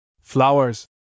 Flowers